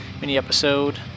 mini-episode